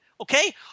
Okay